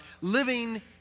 living